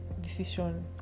decision